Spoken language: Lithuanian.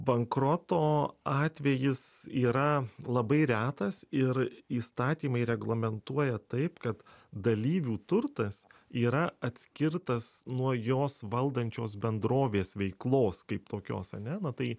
bankroto atvejis yra labai retas ir įstatymai reglamentuoja taip kad dalyvių turtas yra atskirtas nuo jos valdančios bendrovės veiklos kaip tokios ane na tai